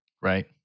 Right